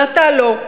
ואתה לא.